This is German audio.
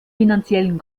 finanziellen